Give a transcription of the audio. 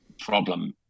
problem